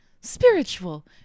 spiritual